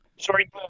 Sorry